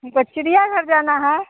हमको चिड़ियाघर जाना है